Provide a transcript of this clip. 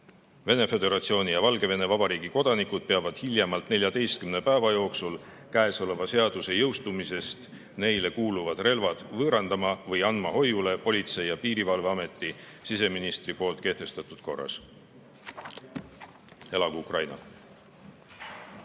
Venemaa Föderatsiooni ja Valgevene Vabariigi kodanikud peavad hiljemalt 14 päeva jooksul käesoleva seaduse jõustumisest neile kuuluvad relvad võõrandama või andma hoiule Politsei‑ ja Piirivalveametile siseministri poolt kehtestatud korras. Elagu Ukraina!